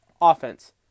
offense